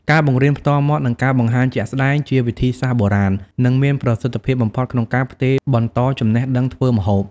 ការបង្រៀនផ្ទាល់មាត់ និងការបង្ហាញជាក់ស្តែង ជាវិធីសាស្រ្តបុរាណ និងមានប្រសិទ្ធភាពបំផុតក្នុងការផ្ទេរបន្តចំណេះដឹងធ្វើម្ហូប។